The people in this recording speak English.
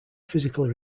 physically